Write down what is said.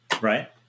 right